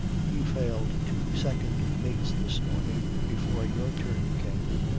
he failed two second mates this morning before your turn came.